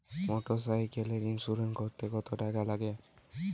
মোটরসাইকেলের ইন্সুরেন্স করতে কত টাকা লাগে?